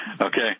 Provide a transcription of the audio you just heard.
okay